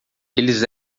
eles